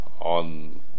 on